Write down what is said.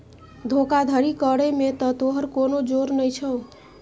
धोखाधड़ी करय मे त तोहर कोनो जोर नहि छौ